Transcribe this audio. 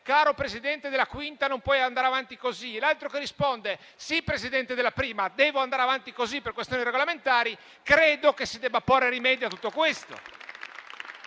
caro Presidente della 5a, non puoi andare avanti così; e il secondo risponde: sì, Presidente della 1a, devo andare avanti così per questioni regolamentari. Credo che si debba porre rimedio a tutto questo.